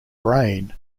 brain